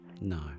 No